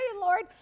Lord